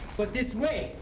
but this way,